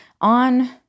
on